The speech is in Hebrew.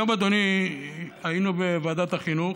היום, אדוני, היינו בוועדת החינוך,